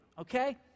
Okay